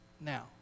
now